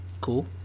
Cool